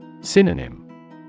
Synonym